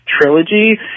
Trilogy